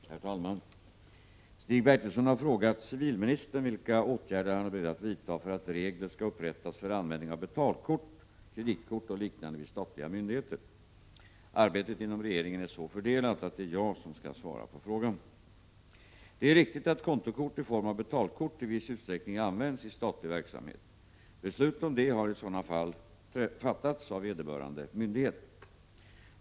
Herr talman! Stig Bertilsson har frågat civilministern vilka åtgärder han är beredd att vidta för att regler skall upprättas för användning av betalkort, kreditkort och liknande vid statliga myndigheter. Arbetet inom regeringen är så fördelat att det är jag som skall svara på frågan. Det är riktigt att kontokort i form av betalkort i viss utsträckning används i statlig verksamhet. Beslut om detta har i sådana fall fattats av vederbörande myndighet.